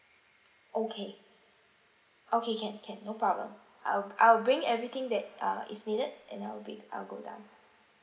okay okay can can no problem I'll I will bring everything that uh is needed and I'll be I'll go down